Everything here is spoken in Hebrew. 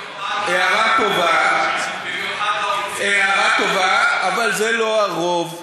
הערה טובה, אבל זה לא הרוב.